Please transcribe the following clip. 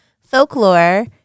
folklore